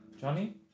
Johnny